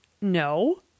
No